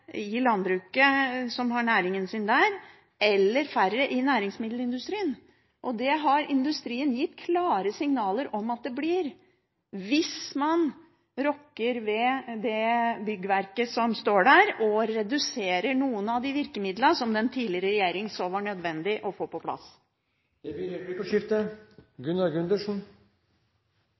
i næringsmiddelindustrien. Og det har industrien gitt klare signaler om at det blir hvis man rokker ved det byggverket som står der, og reduserer noen av de virkemidlene som den tidligere regjeringen så var nødvendig å få på plass. Det blir replikkordskifte.